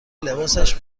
لباسش